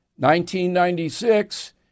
1996